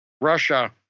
Russia